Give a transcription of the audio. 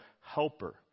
helper